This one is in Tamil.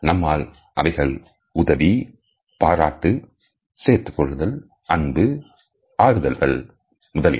நம்மால் அவைகள் உதவி பாராட்டு சேர்த்துக் கொள்ளுதல் அன்பு ஆறுதல்கள் முதலியன